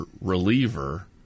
reliever